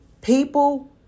People